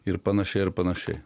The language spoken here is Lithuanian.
ir panašiai ir panašiai